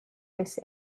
this